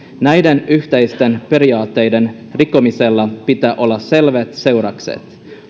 näiden yhteisten periaatteiden rikkomisella pitää olla selvät seuraukset